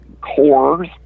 cores